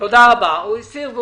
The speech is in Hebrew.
אנחנו לא מייצרים.